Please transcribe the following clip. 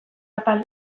apal